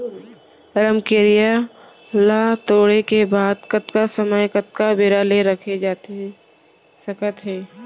रमकेरिया ला तोड़े के बाद कतका समय कतका बेरा ले रखे जाथे सकत हे?